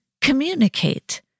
communicate